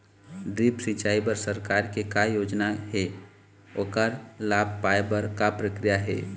Drip सिचाई बर सरकार के का योजना हे ओकर लाभ पाय बर का प्रक्रिया हे?